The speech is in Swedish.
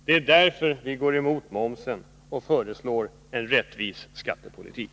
Det är därför vi går emot förslaget om momshöjningen och föreslår en rättvis skattepolitik.